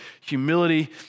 humility